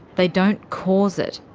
they don't cause it.